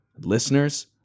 Listeners